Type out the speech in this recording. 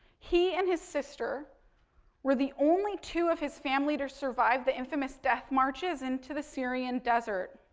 he and his sister were the only two of his family to survive the infamous death marches into the syrian desert.